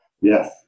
yes